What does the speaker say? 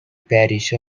parish